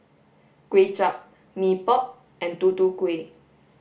Kway Chap Mee Pok and Tutu Kueh